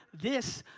this,